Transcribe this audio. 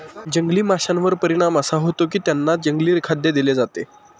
जंगली माशांवर परिणाम असा होतो की त्यांना जंगली खाद्य दिले जाते